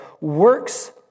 works